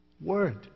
word